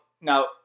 now